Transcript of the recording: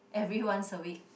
every once a week